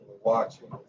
watching